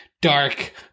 dark